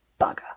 Bugger